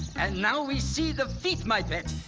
and now we see the feet, my pet,